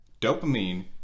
Dopamine